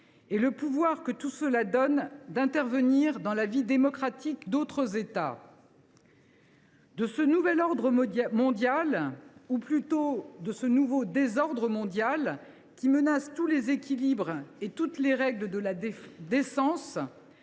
et le pouvoir que tout cela donne d’intervenir dans la vie démocratique d’autres États. « De ce nouvel ordre mondial, ou plutôt de ce nouveau désordre mondial, qui menace tous les équilibres et toutes les règles de la décence,